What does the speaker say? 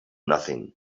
nothing